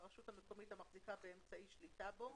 הרשות המקומית המחזיקה באמצעי שליטה בו